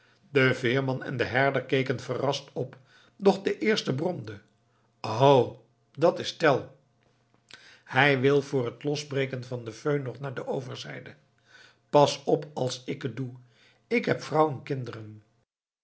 de veerman en de herder keken verrast op doch de eerste bromde o dat is tell hij wil voor het losbreken van de föhn nog naar de overzijde pas op als ik het doe ik heb vrouw en kinderen